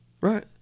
Right